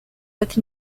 with